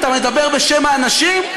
אתה מדבר בשם האנשים?